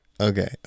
Okay